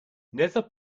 nether